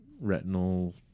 retinal